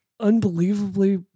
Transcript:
unbelievably